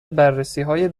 بررسیهای